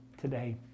today